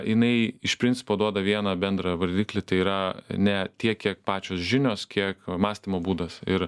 jinai iš principo duoda vieną bendrą vardiklį tai yra ne tiek kiek pačios žinios kiek mąstymo būdas ir